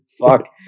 fuck